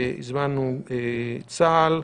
צה"ל,